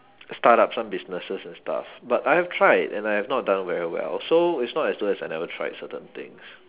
start up some businesses and stuff but I have tried and I have not done very well so it's not as though as I never tried certain things